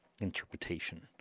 interpretation